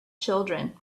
children